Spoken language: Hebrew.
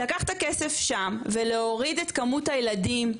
לקחת כסף שם ולהוריד את כמות הילדים,